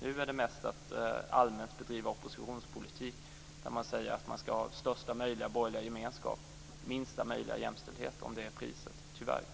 Nu är det mest att allmänt bedriva oppositionspolitik, där man säger att man ska ha största möjliga borgerliga gemenskap och, tyvärr, minsta möjliga jämställdhet om det är priset.